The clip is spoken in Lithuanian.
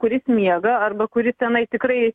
kuris miega arba kuris tenai tikrai